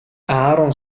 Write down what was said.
aaron